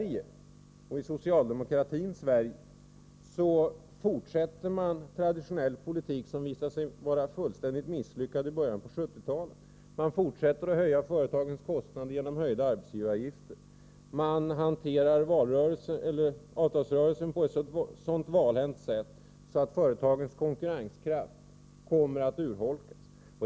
I socialdemokratins Sverige fortsätter man den traditionella politik som visade sig vara fullständigt misslyckad i början på 1970-talet. Man fortsätter att höja företagens kostnader genom höjda arbetsgivaravgifter. Man hanterade avtalsrörelsen så valhänt att företagens konkurrenskraft kommer att urholkas.